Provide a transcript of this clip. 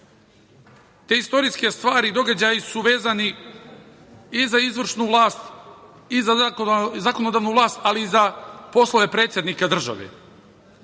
istorijske stvari i događaji su vezani i za izvršnu vlast i zakonodavnu vlast, ali i za poslove predsednika države.